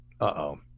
Uh-oh